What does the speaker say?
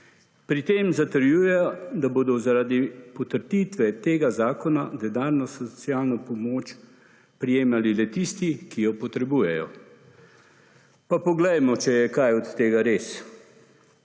pri tem zatrjujejo, da bodo zaradi potrditve tega zakona denarno socialno pomoč prejemali le tisti, ki jo potrebujejo. Pa poglejmo, če je kaj od tega res.